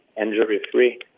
Injury-free